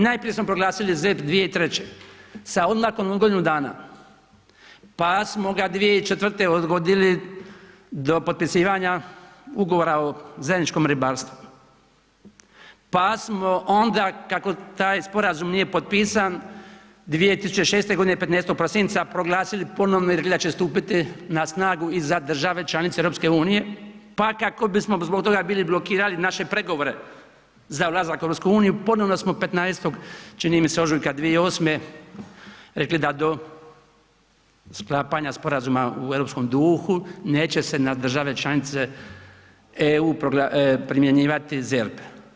Najprije smo proglasili ZERP 2003. sa odmakom od godinu dana, pa smo ga 2004. odgodili do potpisivanja Ugovora o zajedničkom ribarstvu, pa smo onda kako taj sporazum nije potpisan, 2006.g. 15. prosinca proglasili ponovno rekli da će stupiti na snagu i za države članice EU, pa kako bismo zbog toga bili blokirali naše pregovore za ulazak u EU, ponovno smo 15., čini mi se, ožujka 2008. rekli da do sklapanja sporazuma u europskom duhu, neće se na države članice EU primjenjivati ZERP.